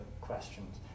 questions